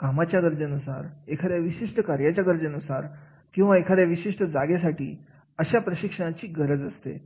कामगारांच्या गरजे नुसार एखाद्या विशिष्ट कार्याच्या गरजेनुसार किंवा एखाद्या विशिष्ट जागेसाठी अशा प्रशिक्षणाची गरज असते